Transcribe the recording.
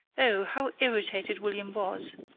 oh, how irritated william was!